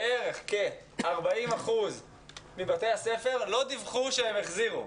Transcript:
בערך 40% מבתי הספר לא דיווחו שהם החזירו.